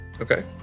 Okay